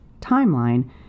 timeline